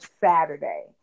Saturday